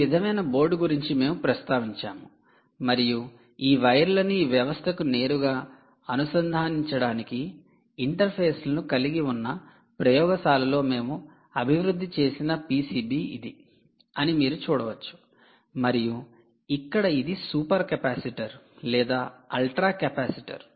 ఈ విధమైన బోర్డు గురించి మేము ప్రస్తావించాము మరియు ఈ వైర్లను ఈ వ్యవస్థకు నేరుగా అనుసంధానించడానికి ఇంటర్ఫేస్లను కలిగి ఉన్న ప్రయోగశాలలో మేము అభివృద్ధి చేసిన పిసిబి ఇది అని మీరు చూడవచ్చు మరియు ఇక్కడ ఇది సూపర్ కెపాసిటర్ లేదా అల్ట్రా కెపాసిటర్